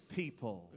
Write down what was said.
people